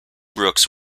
brooks